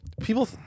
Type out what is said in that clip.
People